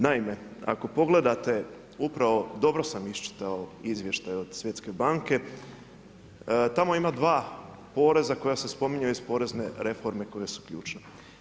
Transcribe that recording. Naime, ako pogledate upravo, dobro sam iščitao izvještaj od Svjetske banke, tamo ima dva poreza koja se spominju iz porezne reforme koje su ključne.